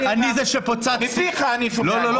מפיך אני שומע.